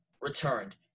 returned